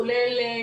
כולל,